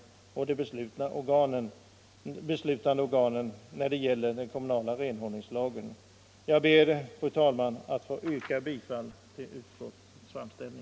Jag ber, fru talman, att få yrka bifall till utskottets hemställan.